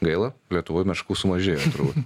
gaila lietuvoj meškų sumažėjo turbūt